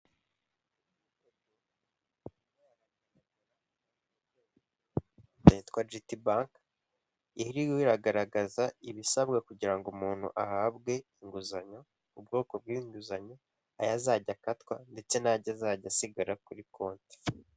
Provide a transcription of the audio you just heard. Byitwa giti bank ibigibi biragaragaza ibisabwa kugira ngo umuntu ahabwe inguzanyo, ubwoko bw'inguzanyo, ayo azajya akatwa ndetse nazajya asigara kuri konti.